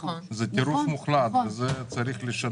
זה טירוף מוחלט ואת זה צריך לשנות.